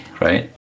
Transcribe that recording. right